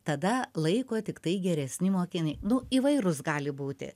tada laiko tiktai geresni mokiniai nu įvairūs gali būti